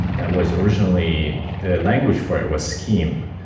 that was originally the language for it was scheme.